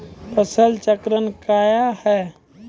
फसल चक्रण कया हैं?